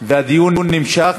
הדיון נמשך,